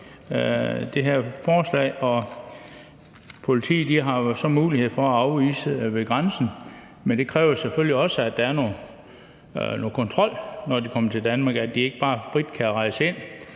det her forslag. Politiet har jo mulighed for at afvise dem ved grænsen, men det kræver selvfølgelig også, at der er noget kontrol, når de kommer til Danmark, at de altså ikke bare frit kan rejse ind.